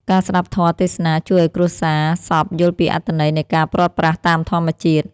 ការស្ដាប់ធម៌ទេសនា ជួយឱ្យគ្រួសារសពយល់ពីអត្ថន័យនៃការព្រាត់ប្រាសតាមធម្មជាតិ។